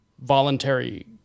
voluntary